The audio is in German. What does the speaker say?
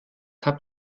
habt